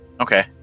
Okay